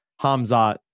Hamzat